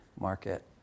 market